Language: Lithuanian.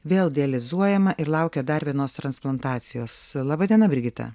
vėl dializuojama ir laukia dar vienos transplantacijos laba diena brigita